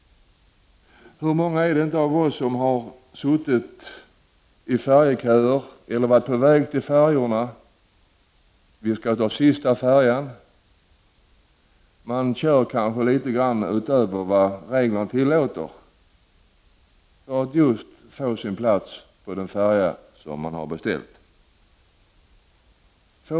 Hur många av oss har inte suttit i färjeköer? När vi är på väg att ta sista färjan kör vi kanske litet fortare än vad reglerna tillåter för att få en plats som man har beställt på färjan.